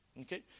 Okay